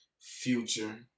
Future